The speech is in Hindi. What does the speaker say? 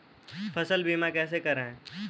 फसल बीमा कैसे कराएँ?